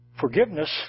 Forgiveness